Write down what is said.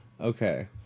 Okay